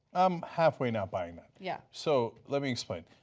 am halfway not buying that. yeah so let me explain.